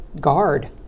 guard